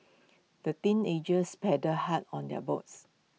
the teenagers paddled hard on their boats